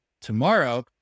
tomorrow